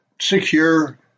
secure